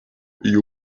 you